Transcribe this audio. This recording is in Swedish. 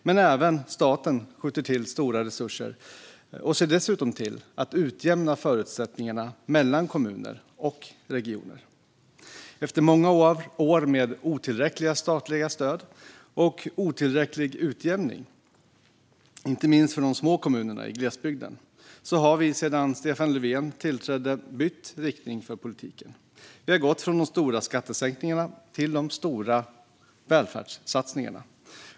Men även staten skjuter till stora resurser och ser dessutom till att utjämna förutsättningarna mellan kommuner och regioner. Efter många år med otillräckliga statliga stöd och otillräcklig utjämning, inte minst för de små kommunerna i glesbygden, har vi sedan Stefan Löfven tillträdde bytt riktning för politiken. Vi har gått från de stora skattesänkningarna till de stora välfärdssatsningarna.